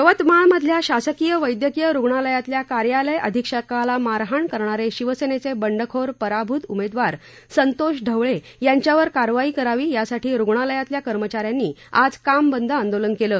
यवतमाळमधल्या शासकीय वैद्यकीय रुग्णालयातल्या कार्यालय अधिक्षकाला मारहाण करणारे शिवसेनेचे बंडखोर पराभूत उमेदवार संतोष ढवळे यांच्यावर कारवाई करावी यासाठी रुग्णालयातल्या कर्मचाऱ्यांनी आज कामबंद आंदोलन केलं